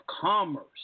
commerce